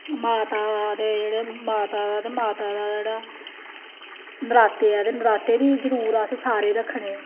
माता दे जेह्ड़े माता दा ते माता दा जेह्ड़ा नराते ऐ ते नराते बी जरूर अस सारे रक्खने